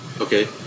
okay